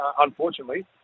unfortunately